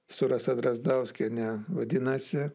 su rasa drazdauskiene vadinasi